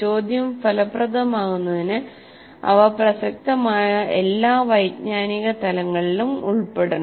ചോദ്യം ഫലപ്രദമാകുന്നതിന് അവ പ്രസക്തമായ എല്ലാ വൈജ്ഞാനിക തലങ്ങളിലും ഉൾപ്പെടണം